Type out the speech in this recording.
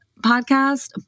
podcast